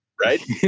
right